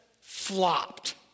flopped